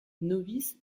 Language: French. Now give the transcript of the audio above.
novice